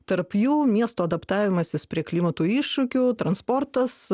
tarp jų miesto adaptavimasis prie klimatų iššūkių transportas